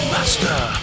Master